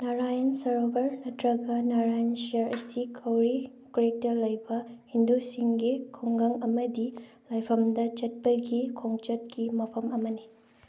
ꯅꯔꯥꯌꯟ ꯁꯔꯣꯚꯔ ꯅꯠꯇ꯭ꯔꯒ ꯅꯔꯥꯌꯟ ꯁꯔ ꯑꯁꯤ ꯀꯣꯔꯤ ꯀ꯭ꯔꯤꯛꯇ ꯂꯩꯕ ꯍꯤꯟꯗꯨꯁꯤꯡꯒꯤ ꯈꯨꯡꯒꯪ ꯑꯃꯗꯤ ꯂꯥꯏꯐꯝꯗ ꯆꯠꯄꯒꯤ ꯈꯣꯡꯆꯠꯀꯤ ꯃꯐꯝ ꯑꯃꯅꯤ